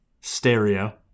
Stereo